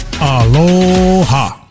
Aloha